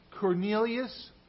Cornelius